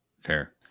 fair